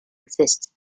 exists